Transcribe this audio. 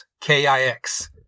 K-I-X